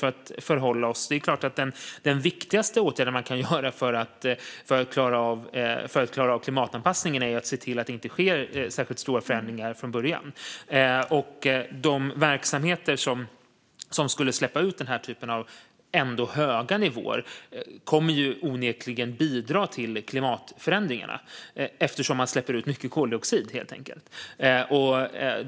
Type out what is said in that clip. Den viktigaste åtgärden för att klara av klimatanpassningen är ju att se till att det inte sker särskilt stora förändringar från början. De verksamheter som skulle släppa ut den här typen av ändå höga nivåer kommer onekligen att bidra till klimatförändringarna, eftersom man släpper ut mycket koldioxid helt enkelt.